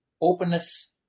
openness